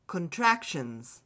Contractions